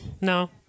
No